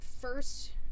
first